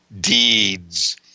deeds